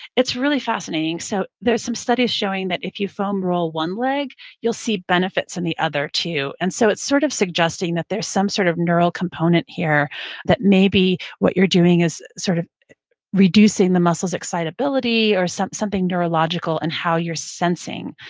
it's really fascinating. so there's some studies showing that if you foam roll one leg, you'll see benefits in the other too. and so it's sort of suggesting that there's some sort of neural component here that maybe what you're doing is sort of reducing the muscle's excitability or something neurological in and how you're sensing,